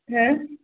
हो